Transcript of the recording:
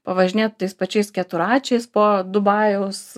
pavažinėt tais pačiais keturračiais po dubajaus